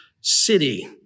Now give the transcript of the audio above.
city